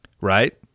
right